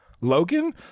Logan